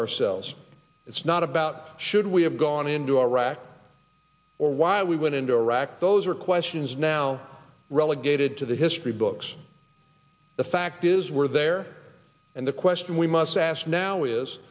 ourselves it's not about should we have gone into iraq or why we went into iraq those are questions now relegated to the history books the fact is we're there and the question we must ask now is